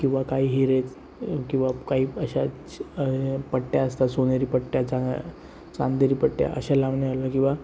किंवा काही हिरे किंवा काही अशाच पट्ट्या असतात सोनेरी पट्ट्या चांग चांदेरी पट्ट्या अशा लावणे आले किंवा